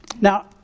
Now